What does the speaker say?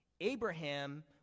Abraham